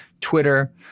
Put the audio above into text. Twitter